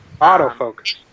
Autofocus